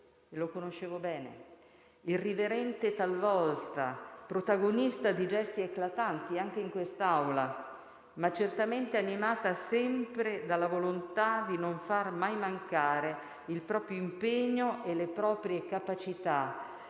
lo conoscevo bene - irriverente talvolta, protagonista di gesti eclatanti, anche in quest'Aula, ma certamente animata sempre dalla volontà di non far mai mancare il proprio impegno e le proprie capacità